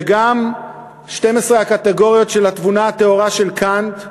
וגם 12 הקטגוריות של התבונה הטהורה של קנט,